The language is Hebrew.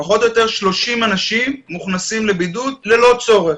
פחות או יותר 30 אנשים מוכנסים לבידוד ללא צורך.